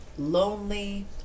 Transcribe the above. lonely